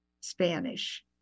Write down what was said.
Spanish